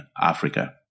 Africa